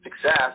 success